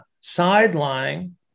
sideline